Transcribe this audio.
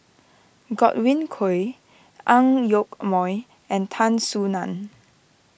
Godwin Koay Ang Yoke Mooi and Tan Soo Nan